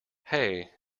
hey